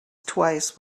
twice